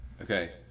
Okay